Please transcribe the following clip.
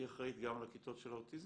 היא אחראית גם על הכיתות של האוטיזם?